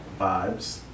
vibes